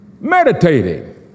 meditating